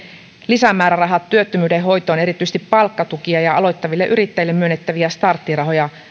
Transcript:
lisämäärärahat työttömyyden hoitoon erityisesti palkkatukia ja aloittaville yrittäjille myönnettäviä starttirahoja